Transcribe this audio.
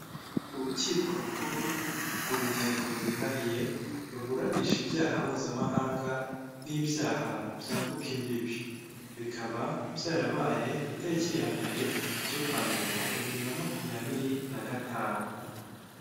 Urukiko rukuru urugereko rwihariye ruburanisha ibyaha mpuzamahanga n'ibyaha byambuka imbibi, bikaba byarabaye ku itariki ya mbere z'ukwambere bibiri na makumyabiri na gatanu.